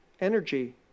energy